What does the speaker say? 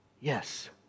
yes